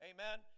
Amen